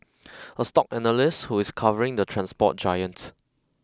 a stock analyst who is covering the transport giant